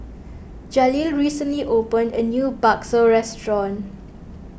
Jaleel recently opened a new Bakso restaurant